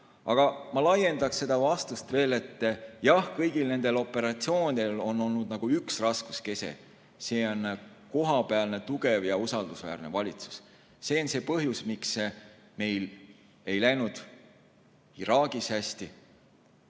ma laiendaksin seda vastust veel. Jah, kõigil nendel operatsioonidel on olnud nagu üks raskuskese – see on kohapealne tugev ja usaldusväärne valitsus. See on põhjus, miks meil ei läinud Iraagis hästi